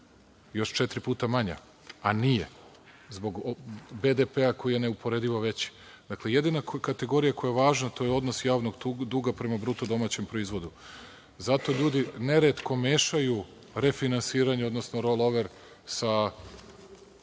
još četiri puta manja, a nije, zbog BDP-a koji je neuporedivo veći. Dakle, jedina kategorija koja je važna, to je odnos javnog duga prema BDP. Zato ljudi neretko mešaju refinansiranje, odnosno rollover sa